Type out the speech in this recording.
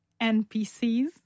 NPCs